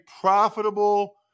profitable